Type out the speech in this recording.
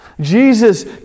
Jesus